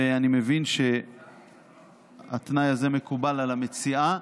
אני מבין שהתנאי הזה מקובל על המציעה,